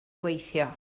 gweithio